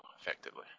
effectively